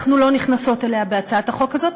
אנחנו לא נכנסות אליה בהצעת החוק הזאת,